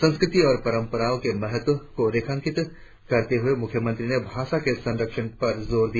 संस्कृति और परम्परा के महत्व को रेखांकित करते हुए मुख्यमंत्री ने भाषा के संरक्षण पर जोर दिया